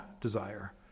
desire